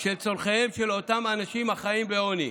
של צורכיהם של אותם האנשים החיים בעוני.